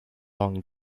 long